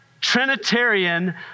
Trinitarian